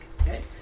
Okay